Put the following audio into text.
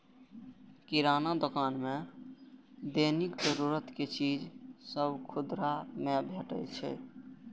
किराना दोकान मे दैनिक जरूरत के चीज सभ खुदरा मे भेटै छै